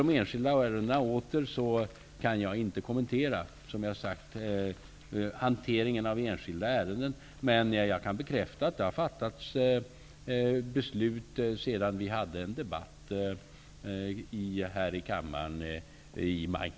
Som jag tidigare sagt kan jag inte kommentera hanteringen av enskilda ärenden, men jag kan bekräfta att beslut har fattats sedan vi i maj debatterade denna fråga här i kammaren.